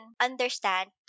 understand